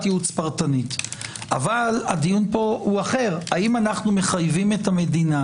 ייעוץ פרטנית אבל הדיון פה הוא אחר האם אנו מחייבים את המדינה,